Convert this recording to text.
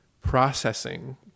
processing